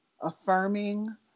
affirming